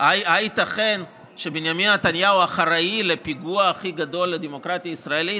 הייתכן שבנימין נתניהו אחראי לפיגוע הכי גדול בדמוקרטיה הישראלית?